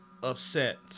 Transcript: upset